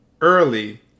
early